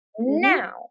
Now